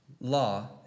law